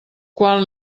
quan